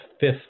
fifth